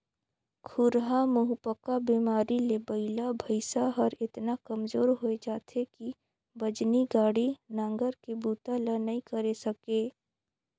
खुरहा मुहंपका बेमारी ले बइला भइसा हर एतना कमजोर होय जाथे कि बजनी गाड़ी, नांगर के बूता ल नइ करे सके